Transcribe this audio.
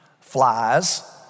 flies